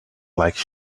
like